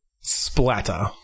splatter